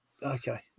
Okay